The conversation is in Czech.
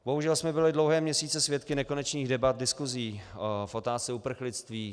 Bohužel jsme byli dlouhé měsíce svědky nekonečných debat, diskusí v otázce uprchlictví.